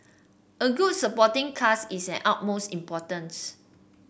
a good supporting cast is an utmost importance